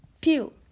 pew